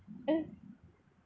mm